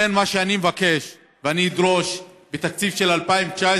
לכן, מה שאני מבקש, ואני אדרוש בתקציב של 2019,